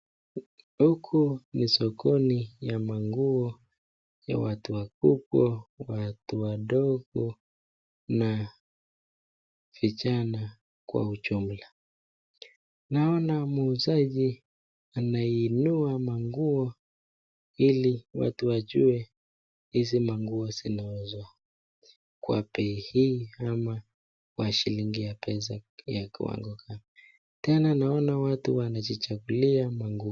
Huku ni sokoni ya manguo ya watu wakubwa ,watu wadogo na vijana kwa ujumla .Naona muuzaji anainua manguo ili watu wajue hizi manguo zinauzwa kwa bei hii ama kwa shillingi ya pesa ya kiwango gani. Tena naona watu wanajichagulia manguuo.